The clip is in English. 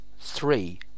three